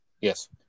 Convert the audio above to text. Yes